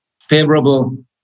favorable